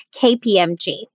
KPMG